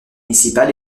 municipal